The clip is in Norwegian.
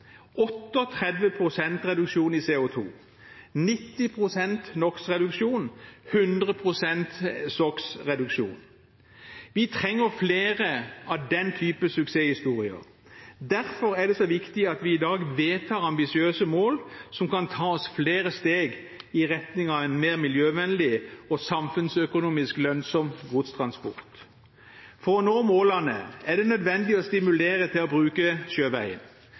Vi trenger flere slike suksesshistorier. Derfor er det så viktig at vi i dag vedtar ambisiøse mål som kan ta oss flere steg i retning av en mer miljøvennlig og samfunnsøkonomisk lønnsom godstransport. For å nå målene er det nødvendig å stimulere til å bruke sjøveien.